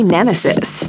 Nemesis